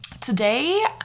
Today